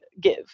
give